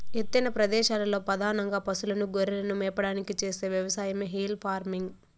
ఎత్తైన ప్రదేశాలలో పధానంగా పసులను, గొర్రెలను మేపడానికి చేసే వ్యవసాయమే హిల్ ఫార్మింగ్